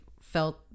felt